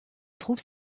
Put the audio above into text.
trouve